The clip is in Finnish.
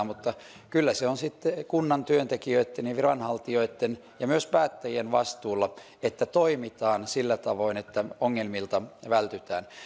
mutta kyllä se on sitten kunnan työntekijöitten ja viranhaltijoitten ja myös päättäjien vastuulla että toimitaan sillä tavoin että ongelmilta vältytään